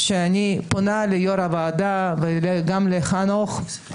אני פונה ליושב ראש הוועדה וגם לחנוך.